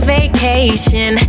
vacation